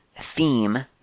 theme